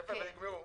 יפה, ונגמרו.